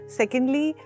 secondly